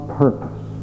purpose